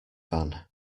van